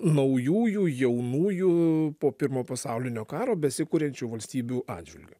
naujųjų jaunųjų po pirmo pasaulinio karo besikuriančių valstybių atžvilgiu